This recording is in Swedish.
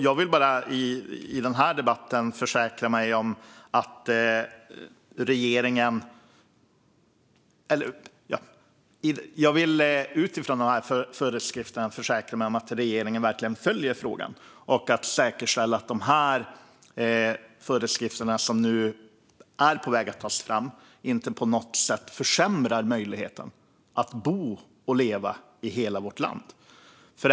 Jag vill i den här debatten försäkra mig om att regeringen följer frågan och säkerställer att föreskrifterna som är på väg att tas fram inte på något sätt försämrar möjligheten att bo och leva i hela vårt land.